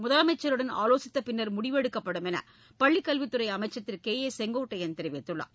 முதலமைச்சருடன் ஆலோசித்த பின்னர் முடிவு எடுக்கப்படும் என்று பள்ளிக்கல்வித் துறை அமைச்சர் திரு கே ஏ செங்கோட்டையன் தெரிவித்துள்ளார்